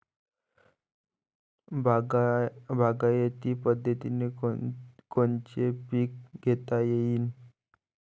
बागायती पद्धतीनं कोनचे पीक घेता येईन?